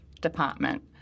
department